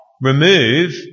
remove